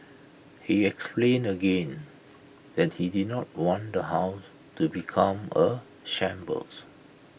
he explained again that he did not want the house to become A shambles